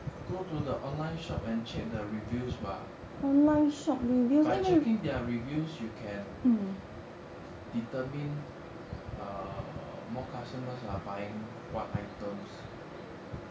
go to the online shop and check the reviews bah by checking their reviews you can determine err more customers are buying what items